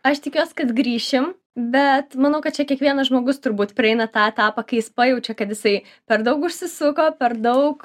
aš tikiuos kad grįšim bet manau kad čia kiekvienas žmogus turbūt prieina tą etapą kai jis pajaučia kad jisai per daug užsisuko per daug